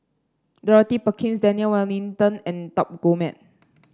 Dorothy Perkins Daniel Wellington and Top Gourmet